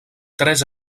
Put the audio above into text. tres